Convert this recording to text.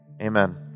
amen